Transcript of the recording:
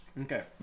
Okay